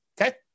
Okay